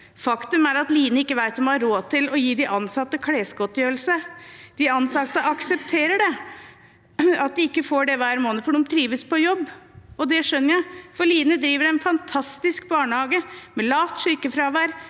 Faktum er at Line ikke vet om hun har råd til å gi de ansatte klesgodtgjørelse. De ansatte aksepterer at de ikke får det hver måned, for de trives på jobb. Det skjønner jeg, for Line driver en fantastisk barnehage, med lavt sykefravær,